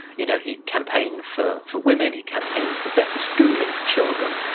you know he campaigned for for women he campaigned for better schooling for children.